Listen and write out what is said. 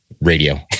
radio